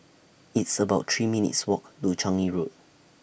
It's about three minutes' Walk to Changi Road